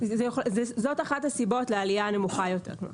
זאת אחת הסיבות לעלייה הנמוכה יותר.